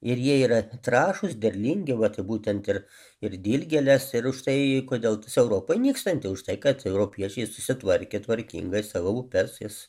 ir jie yra trąšūs derlingi vat būtent ir ir dilgėlės ir už tai kodėl tas europoj nykstanti už tai kad europiečiai susitvarkė tvarkingai savo upes jas